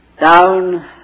Down